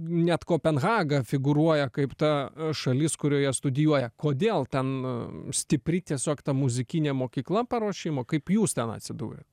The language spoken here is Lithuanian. net kopenhaga figūruoja kaip ta šalis kurioje studijuoja kodėl ten stipri tiesiog ta muzikinė mokykla paruošimo kaip jūs ten atsidūrė